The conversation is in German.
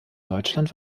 deutschland